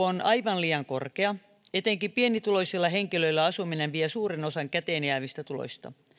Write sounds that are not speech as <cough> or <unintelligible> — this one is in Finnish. <unintelligible> on aivan liian korkea etenkin pienituloisilla henkilöillä asuminen vie suuren osan käteen jäävistä tuloista